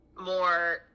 more